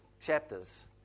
chapters